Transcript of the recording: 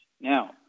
Now